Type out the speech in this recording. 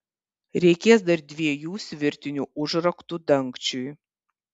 reikės dar dviejų svirtinių užraktų dangčiui